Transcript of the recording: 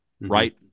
right